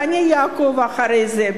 ואני אעקוב אחרי זה,